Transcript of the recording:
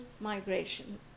migration